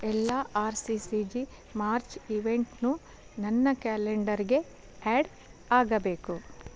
ಎಲ್ಲ R C C G March ಇವೆಂಟ್ನೂ ನನ್ನ ಕ್ಯಾಲೆಂಡರ್ಗೆ ಆ್ಯಡ್ ಆಗಬೇಕು